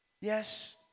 Yes